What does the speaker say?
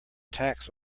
tax